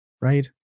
right